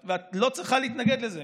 ואת לא צריכה להתנגד לזה,